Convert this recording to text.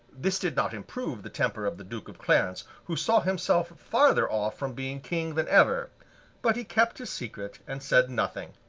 this did not improve the temper of the duke of clarence, who saw himself farther off from being king than ever but he kept his secret, and said nothing.